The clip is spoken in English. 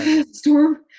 storm